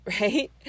right